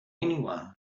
anyone